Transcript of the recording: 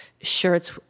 shirts